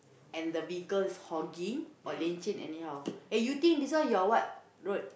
and the vehicle's hogging or lane change anyhow